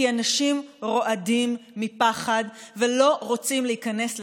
כי אנשים רועדים מפחד ולא רוצים להיכנס לסגר.